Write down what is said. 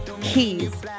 Keys